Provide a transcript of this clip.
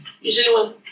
Usually